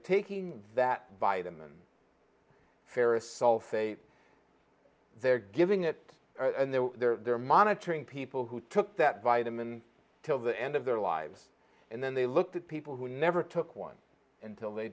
taking that vitamin ferrous sulfate they're giving it and then they're monitoring people who took that vitamin till the end of their lives and then they looked at people who never took one until they